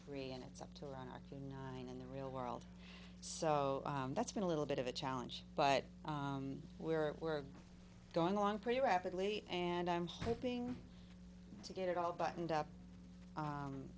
three and it's up to line up to nine in the real world so that's been a little bit of a challenge but we're we're going along pretty rapidly and i'm hoping to get it all buttoned up